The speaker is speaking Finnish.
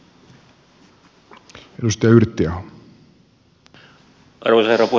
arvoisa herra puhemies